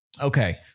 okay